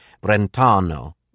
Brentano